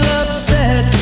upset